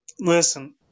Listen